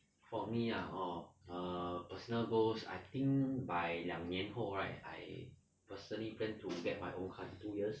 for me ah orh err personal goals I think by 两年后 right I personally plan to get my own car in two years